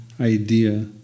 idea